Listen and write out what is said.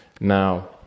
Now